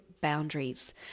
boundaries